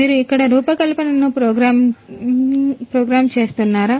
మీరు ఇక్కడ రూపకల్పనను ప్రోగ్రామ్ చేస్తున్నారా